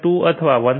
2 અથવા 1